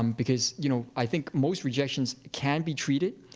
um because you know i think most rejections can be treated,